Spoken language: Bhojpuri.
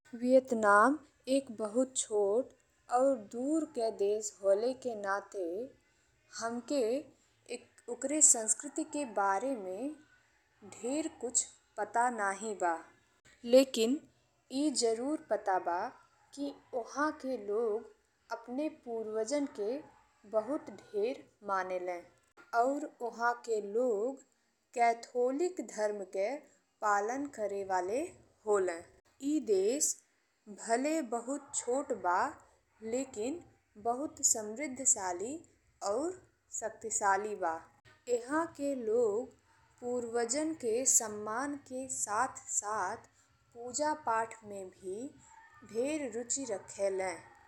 वियतनाम एक बहुत छोट और दूर के देश होले के नाते हमके ओकर संस्कृति के बारे में ढेर कुछ पता नइखे बा। लेकिन ए जरूर पता बा कि उहा के लोग अपने पुरवजन के बहुत ढेर मानेले और उहाँ के लोग कैथोलिक धर्म के पालन करे वाले हाले। ई देश भले बहुत छोट बा लेकिन बहुत समृद्धशाली और शक्तिशाली बा। एहां के लोग पुरवजन के सम्मान के साथ साथ पूजा पाठ में भी ढेर रुचि रखेले।